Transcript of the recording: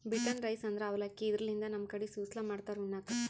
beaten rice ಅಂದ್ರ ಅವಲಕ್ಕಿ, ಇದರ್ಲಿನ್ದ್ ನಮ್ ಕಡಿ ಸುಸ್ಲಾ ಮಾಡ್ತಾರ್ ಉಣ್ಣಕ್ಕ್